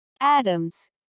Adams